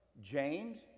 James